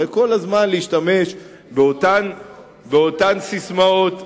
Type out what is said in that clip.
הרי כל הזמן להשתמש באותן ססמאות,